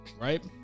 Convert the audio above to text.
right